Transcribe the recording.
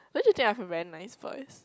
don't you think I have a very nice voice